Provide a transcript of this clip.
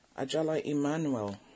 Ajala-Emmanuel